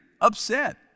upset